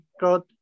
God